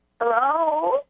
Hello